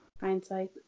Hindsight